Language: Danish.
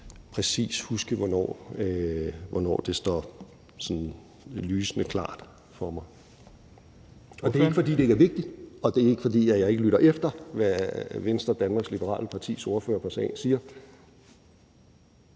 præcis hvornår det står sådan lysende klart for mig. Og det er ikke, fordi det ikke er vigtigt, og det er ikke, fordi jeg ikke lytter efter, hvad Venstre, Danmarks Liberale Partis, ordfører på sagen siger.